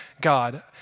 God